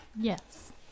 Yes